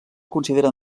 considera